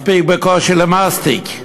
מספיק בקושי למסטיק.